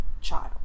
child